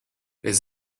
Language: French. les